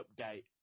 update